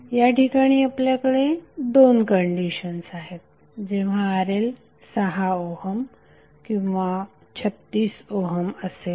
याठिकाणी आपल्याकडे दोन कंडिशन्स आहेत जेव्हाRL 6 ओहम किंवा 36 ओहम असेल